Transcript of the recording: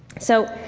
so,